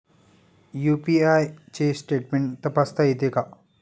UPI चे statement तपासता येते का?